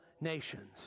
nations